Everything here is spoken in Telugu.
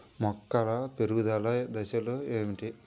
మొక్కల పెరుగుదల దశలు ఏమిటి?